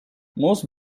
most